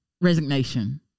resignation